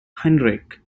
heinrich